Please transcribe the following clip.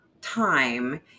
time